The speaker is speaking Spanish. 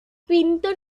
pintor